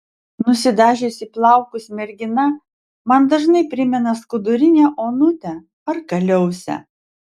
nusidažiusi plaukus mergina man dažnai primena skudurinę onutę ar kaliausę